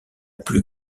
plus